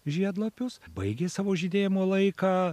žiedlapius baigė savo žydėjimo laiką